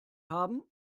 haben